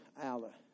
Allah